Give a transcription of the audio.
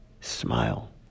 Smile